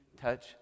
touch